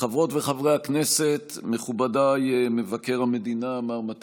הצעות לסדר-היום מס' 470, 571, 607 ו-635.